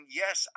yes